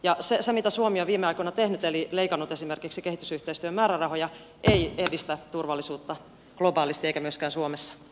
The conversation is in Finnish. ja se mitä suomi on viime aikoina tehnyt eli leikannut esimerkiksi kehitysyhteistyön määrärahoja ei edistä turvallisuutta globaalisti eikä myöskään suomessa